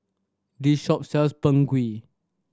this shop sells Png Kueh